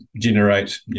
generate